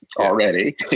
already